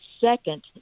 second